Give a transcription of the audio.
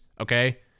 okay